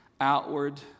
outward